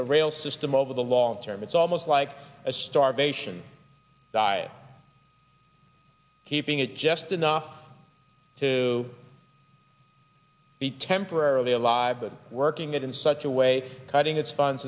the rail system over the long term it's almost like a starvation diet just enough to be temporarily alive but working it in such a way cutting its funds